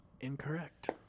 Incorrect